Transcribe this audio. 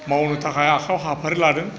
मावनो थाखाय आखाइयाव हाबाफारि लादों